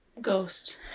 Ghost